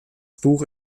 buch